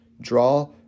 Draw